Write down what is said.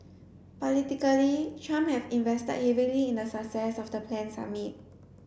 politically Trump had invested heavily in the success of the planned summit